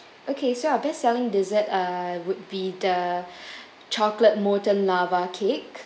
okay so our best selling dessert uh would be the chocolate molten lava cake